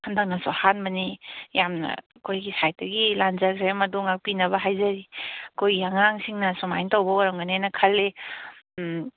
ꯍꯟꯗꯛꯅꯁꯨ ꯑꯍꯥꯟꯕꯅꯤ ꯌꯥꯝꯅ ꯑꯩꯈꯣꯏꯒꯤ ꯁꯥꯏꯠꯇꯒꯤ ꯂꯥꯟꯖꯈ꯭ꯔꯦ ꯃꯗꯨ ꯉꯥꯛꯄꯤꯅꯕ ꯍꯥꯏꯖꯔꯤ ꯑꯩꯈꯣꯏꯒꯤ ꯑꯉꯥꯡꯁꯤꯡꯅ ꯁꯨꯃꯥꯏ ꯇꯧꯕ ꯑꯣꯏꯔꯝꯒꯅꯦꯅ ꯈꯜꯂꯤ ꯎꯝ